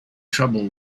trouble